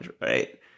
right